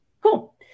Cool